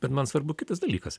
bet man svarbu kitas dalykas